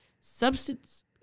substance